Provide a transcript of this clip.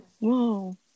wow